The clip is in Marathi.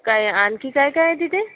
काय आणखी काय काय आहे तिथे